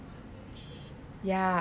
ya